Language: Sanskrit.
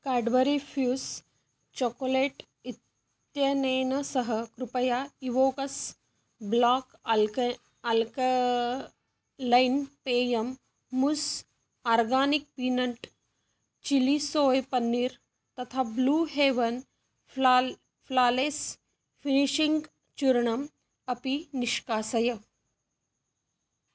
काड्बरी फ़्यूस् चोकोलेट् इत्यनेन सह कृपया इवोकस् ब्लाक् अल्के अल्कालैन् पेयं मुस् organic peanut chilli soy paneer तथा ब्लू हेवन् फ़्लाल् फ़्लालेस् फ़िनिशिङ्ग् चूर्णम् अपि निष्कासय